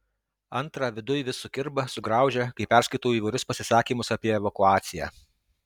antra viduj vis sukirba sugraužia kai perskaitau įvairius pasisakymus apie evakuaciją